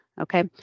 Okay